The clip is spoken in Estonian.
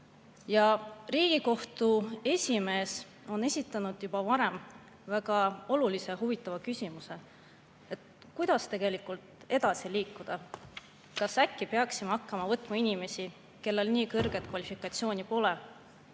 Riigikohtu esimees on esitanud juba varem väga olulise huvitava küsimuse: kuidas tegelikult edasi liikuda? Kas äkki peaksime hakkama võtma [kohtunikuametisse] inimesi, kellel nii kõrget kvalifikatsiooni pole,